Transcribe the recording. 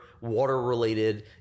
water-related